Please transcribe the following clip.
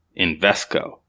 Invesco